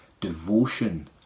devotion